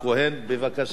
בבקשה, אדוני.